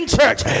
church